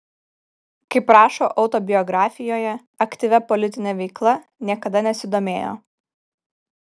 kaip rašo autobiografijoje aktyvia politine veikla niekada nesidomėjo